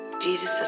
Jesus